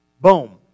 Boom